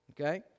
Okay